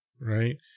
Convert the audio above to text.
Right